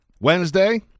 Wednesday